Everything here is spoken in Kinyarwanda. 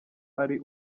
ari